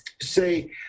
say